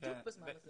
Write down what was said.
בדיוק בזמן הזה.